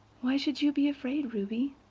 why should you be afraid, ruby?